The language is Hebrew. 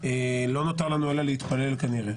לא נותר לנו אלא להתפלל כנראה.